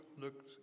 look